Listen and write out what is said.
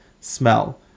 Smell